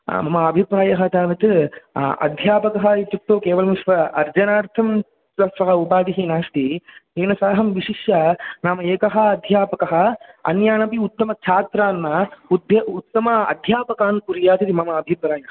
हा मम अभिप्रायः तावत् अध्यापकः इत्युक्तौ केवलं स्व अर्जनार्थं सः उपाधिः नास्ति तेन सह अहं विशिष्य नाम एकः अध्यापकः अन्यानपि उत्तमछात्रान् उत्तम अध्यापकान् कुर्यात् इति मम अभिप्रायः